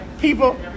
people